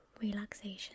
relaxation